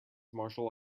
martial